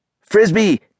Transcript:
Frisbee